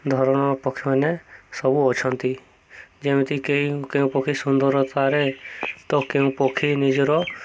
ଧରଣ ପକ୍ଷୀମାନେ ସବୁ ଅଛନ୍ତି ଯେମିତି କେଉଁ କେଉଁ ପକ୍ଷୀ ସୁନ୍ଦରତାରେ ତ କେଉଁ ପକ୍ଷୀ ନିଜର